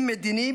אם מדיני,